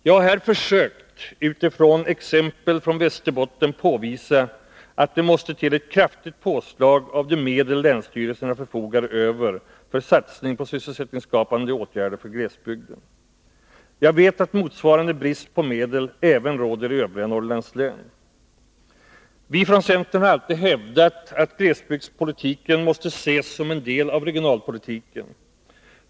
Jag har här, utifrån exempel från Västerbotten, försökt påvisa att det måste till ett kraftigt påslag på de medel länsstyrelserna förfogar över för satsning på sysselsättningsskapande åtgärder för glesbygden. Jag vet att motsvarande brist på medel även råder i övriga Norrlandslän. Vi från centern har alltid hävdat att glesbygdspolitiken måste ses som en del av regionalpolitiken.